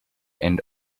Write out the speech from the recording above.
and